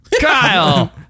Kyle